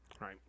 Right